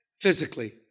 physically